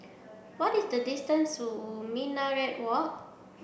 what is the distance zoo Minaret Walk